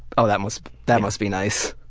ah that must that must be nice.